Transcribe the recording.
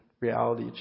reality